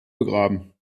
begraben